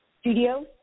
Studios